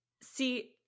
See